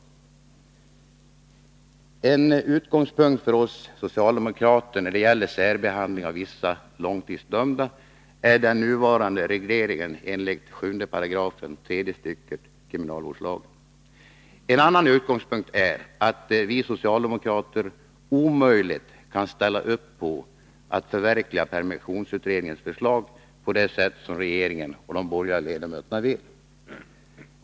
En utgångspunkt för oss socialdemokrater när det gäller särbehandlingen av vissa långtidsdömda är den nuvarande regleringen enligt 7 § tredje stycket kriminalvårdslagen. En annan utgångspunkt är att vi socialdemokrater omöjligt kan ställa upp på att förverkliga permissionsutredningens förslag på det sätt som regeringen och de borgerliga ledamöterna vill.